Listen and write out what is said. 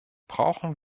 brauchen